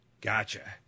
Gotcha